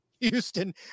Houston